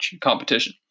competition